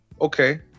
okay